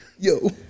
Yo